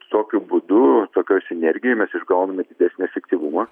tokiu būdu tokioj sinergijoj mes išgauname didesnį efektyvumą